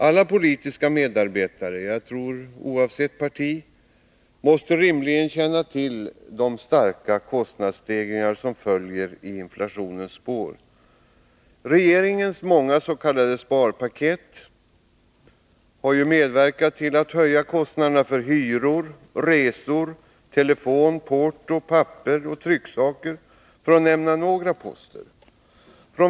Alla politiska medarbetare, oavsett parti, måste rimligen känna till de starka kostnadsstegringar som följer i inflationens spår. Regeringens många s.k. sparpaket har medverkat till att höja kostnaderna för hyror, resor, telefon, porto, papper och trycksaker, för att nämna några poster.